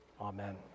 Amen